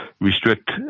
restrict